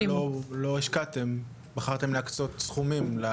וגם נימוק על למה לא השקעתם, בחרתם להקצות סכומים.